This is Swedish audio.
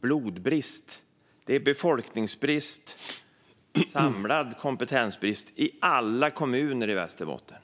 blodbrist - befolkningsbrist och samlad kompetensbrist - i alla kommuner i Västerbotten.